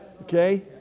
Okay